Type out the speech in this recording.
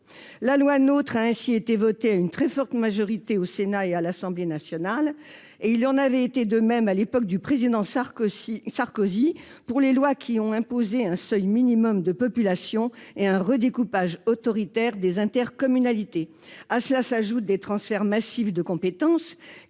La loi NOTRe a ainsi été adoptée à une très forte majorité par le Sénat et par l'Assemblée nationale ; il en avait été de même, à l'époque du président Sarkozy, pour les lois qui ont imposé un seuil minimum de population pour les EPCI et un redécoupage autoritaire des intercommunalités. À cela s'ajoutent des transferts massifs de compétences,